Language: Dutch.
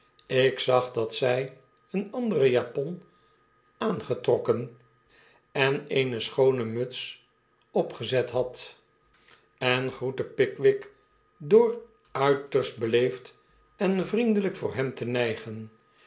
ik zag dat zy eene andere japon aangetrokken en eene schoone muts opgezet had en groette ik pickwick door uiterst beleefd en vriendelijk voor hem te nijgen